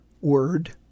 word